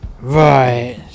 right